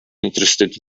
interested